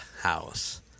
house